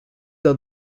d’un